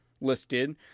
listed